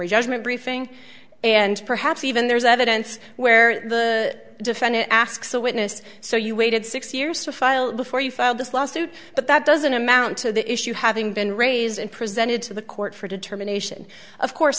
judgment briefing and perhaps even there is evidence where the defendant asks a witness so you waited six years to file before you filed this lawsuit but that doesn't amount to the issue having been raised and presented to the court for determination of course